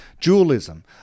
dualism